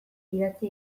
idatzi